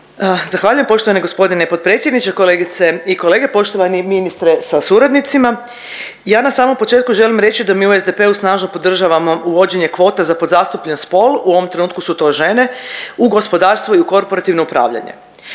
Zahvaljujem. Poštovani g. potpredsjedniče, kolegice i kolege, poštovani ministre sa suradnicima. Ja na samom početku želim reći da mi u SDP-u snažno podržavamo uvođenje kvota za podzastupljen spol, u ovom trenutku su to žene u gospodarstvo i u korporativno upravljanje.